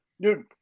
Dude